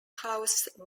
house